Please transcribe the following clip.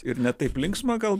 ir ne taip linksma gal